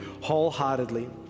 wholeheartedly